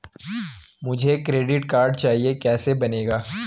मुझे credit card चाहिए कैसे बनेगा?